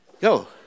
go